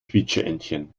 quietscheentchen